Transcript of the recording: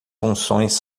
funções